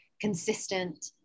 consistent